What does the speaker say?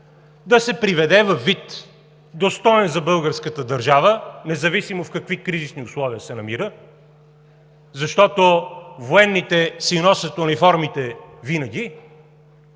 да се приведе във вид, достоен за българската държава, независимо в какви кризисни условия се намира, защото военните си носят униформите винаги,